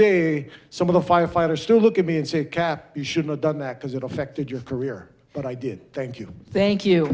day some of the firefighters still look at me and say you should have done that because it affected your career but i did thank you